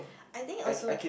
I think also